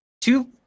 two